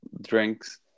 drinks